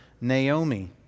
Naomi